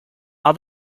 are